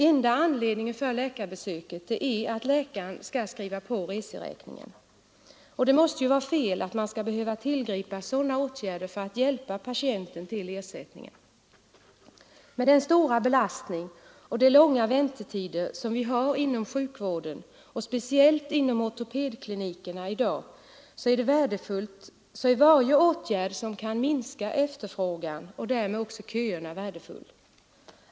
Enda anledningen till läkarbesöket är att läkaren skall skriva på reseräkningen. Det måste vara fel att man skall behöva tillgripa sådana åtgärder för att hjälpa patienten till ersättningen. Med den stora belastning och de långa väntetider som vi har inom sjukvården och speciellt inom ortopedklinikerna i dag är varje åtgärd som kan minska efterfrågan och därmed också köerna värdefull.